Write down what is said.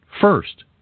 first